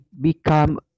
become